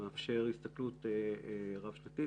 מאפשר הסתכלות רב-שנתית.